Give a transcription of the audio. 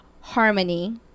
Harmony